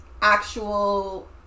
actual